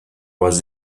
was